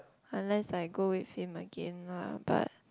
unless I go with him again lah but